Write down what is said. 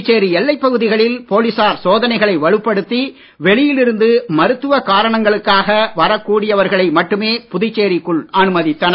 புதுச்சேரி எல்லைப் பகுதிகளில் போலீசார் சோதனைகளை வலுப்படுத்தி வெளியில் இருந்து மருத்துவக் காரணங்களுக்காக வரக் கூடியவர்களை மட்டுமே புதுச்சேரிக்குள் அனுமதித்தனர்